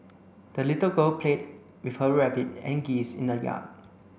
the little girl played with her rabbit and geese in the yard